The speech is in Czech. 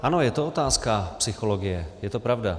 Ano, je to otázka psychologie, je to pravda.